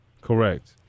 Correct